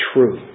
true